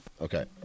Okay